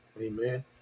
amen